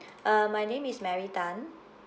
uh my name is mary tan